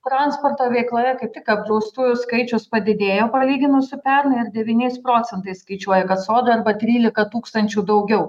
transporto veikloje kaip tik apdraustųjų skaičius padidėjo palyginus su pernai ir devyniais procentais skaičiuoja kad sodra arba trylika tūkstančių daugiau